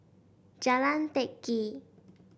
Jalan Teck Kee